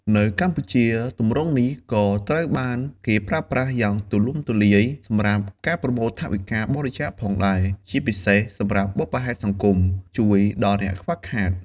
នៅកម្ពុជា ទម្រង់នេះក៏ត្រូវបានគេប្រើប្រាស់យ៉ាងទូលំទូលាយសម្រាប់ការប្រមូលថវិកាបរិច្ចាគផងដែរ ជាពិសេសសម្រាប់បុព្វហេតុសង្គម ឬជួយដល់អ្នកខ្វះខាត។